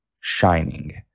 shining